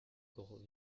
encore